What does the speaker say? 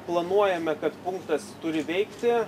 planuojame kad punktas turi veikti